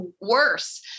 worse